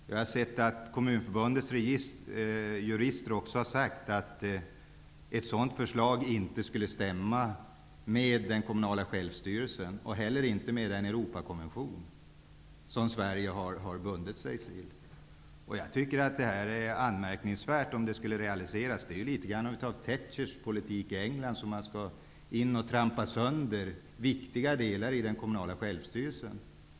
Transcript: Jag har sett att Kommunförbundets jurister också har sagt att ett sådant förslag inte skulle stämma med den kommunala självstyrelsen och inte heller med den Europakonvention som Sverige har bundit sig vid. Jag tycker att det skulle vara anmärkningsvärt om detta realiserades. Det påminner om Thatchers politik i England att gå in och trampa sönder viktiga delar i den kommunala självstyrelsen.